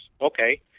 okay